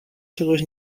czegoś